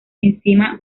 enzima